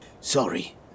sorry